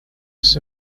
was